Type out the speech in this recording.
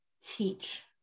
teach